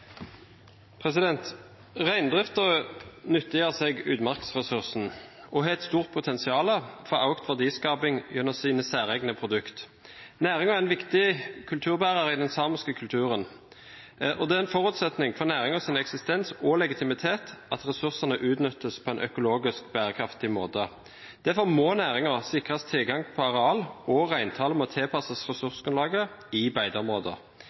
seg utmarksressursen og har et stort potensial for økt verdiskaping gjennom sine særegne produkter. Næringen er en viktig kulturbærer i den samiske kulturen. Det er en forutsetning for næringens eksistens og legitimitet at ressursene utnyttes på en økologisk bærekraftig måte. Derfor må næringen sikres tilgang på areal, og reintallet må tilpasses ressursgrunnlaget i